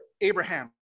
Abraham